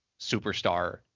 superstar